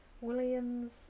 Williams